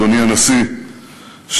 אדוני הנשיא,